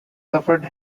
suffered